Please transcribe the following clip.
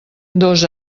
dos